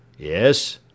Yes